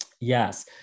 Yes